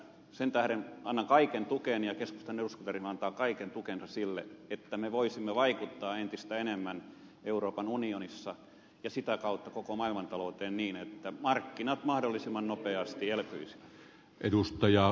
sen tähden annan kaiken tukeni ja keskustan eduskuntaryhmä antaa kaiken tukensa sille että me voisimme vaikuttaa entistä enemmän euroopan unionissa ja sitä kautta koko maailmantalouteen niin että markkinat mahdollisimman nopeasti elpyisivät